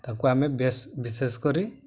ତାକୁ ଆମେ ବେସ୍ ବିଶେଷ କରି